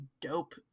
dope